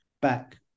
back